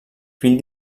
fill